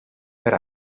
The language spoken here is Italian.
per